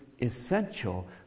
essential